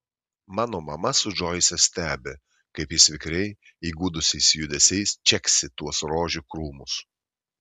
mano mama su džoise stebi kaip jis vikriai įgudusiais judesiais čeksi tuos rožių krūmus